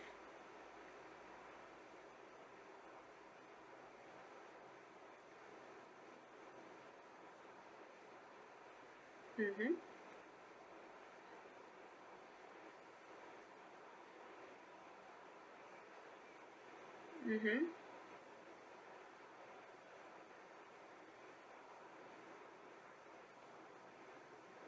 mmhmm mmhmm